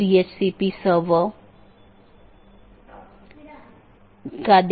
4 जीवित रखें मेसेज यह निर्धारित करता है कि क्या सहकर्मी उपलब्ध हैं या नहीं